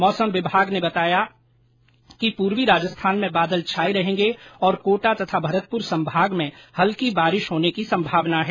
मौसम विभाग ने आज पूर्वी राजस्थान में बादल छाये रहने और कोटा तथा भरतपुर संभाग में हल्की बारिश की संभावना जताई है